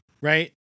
right